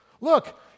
look